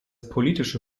politische